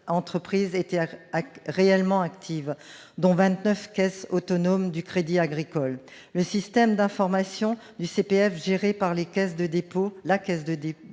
entreprises ont réellement été actives, dont 29 caisses autonomes du Crédit Agricole. Le système d'information du CPF géré par la Caisse des dépôts et